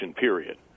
period